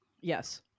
yes